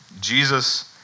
Jesus